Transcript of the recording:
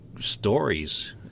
stories